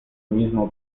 mismo